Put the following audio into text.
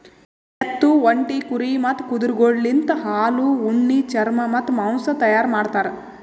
ಎತ್ತು, ಒಂಟಿ, ಕುರಿ ಮತ್ತ್ ಕುದುರೆಗೊಳಲಿಂತ್ ಹಾಲು, ಉಣ್ಣಿ, ಚರ್ಮ ಮತ್ತ್ ಮಾಂಸ ತೈಯಾರ್ ಮಾಡ್ತಾರ್